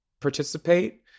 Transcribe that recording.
participate